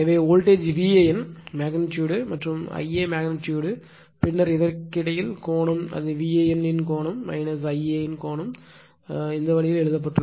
எனவே voltage VAN magnitude பின்னர் Ia magnitude பின்னர் இதற்கிடையில் கோணம் அது VAN இன் கோணம் Ia இன் கோணம் இந்த வழியில் எழுதப்பட்டது